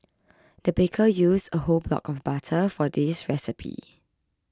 the baker used a whole block of butter for this recipe